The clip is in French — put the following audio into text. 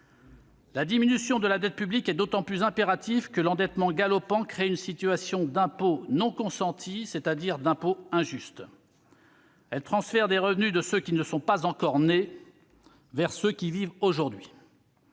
La diminution de la dette publique est d'autant plus impérative que l'endettement galopant crée une situation d'impôts non consentis, c'est-à-dire d'impôts injustes. Elle transfère des revenus de ceux qui ne sont pas encore nés vers ceux qui vivent aujourd'hui.